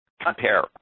compare